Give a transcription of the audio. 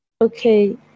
okay